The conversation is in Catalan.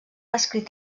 escrit